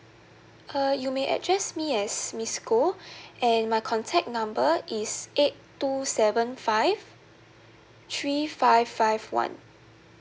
uh you may address me as miss goh and my contact number is eight two seven five three five five one